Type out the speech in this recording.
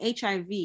HIV